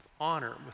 honor